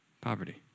poverty